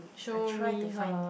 show me her